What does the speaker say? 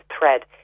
thread